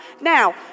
Now